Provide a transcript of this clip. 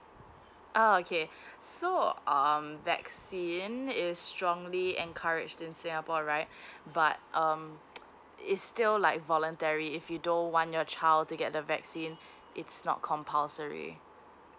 oh okay so um vaccine is strongly encouraged in singapore right but um it's still like voluntary if you don't want your child to get the vaccine it's not compulsory